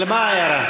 על מה ההערה?